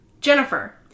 Jennifer